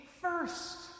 first